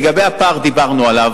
לגבי הפער, דיברנו עליו.